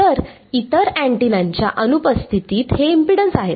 तर इतर अँटीनांच्या अनुपस्थितीत हे इम्पेडन्स आहेत